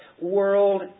world